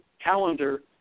calendar